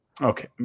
Okay